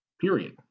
Period